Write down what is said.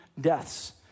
deaths